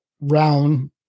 round